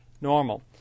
normal